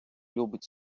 любить